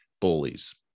bullies